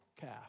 calf